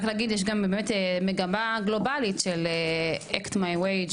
אני רק רוצה להגיד שיש באמת גם מגמה גלובלית של Act My Way,